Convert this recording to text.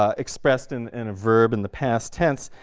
ah expressed in and a verb in the past tense